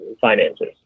finances